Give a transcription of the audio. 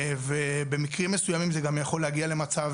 ובמקרים מסוימים וגם יכול להגיע למצב